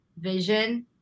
vision